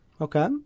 Okay